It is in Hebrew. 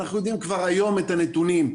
אנחנו יודעים כבר היום את הנתונים,